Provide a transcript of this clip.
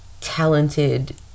talented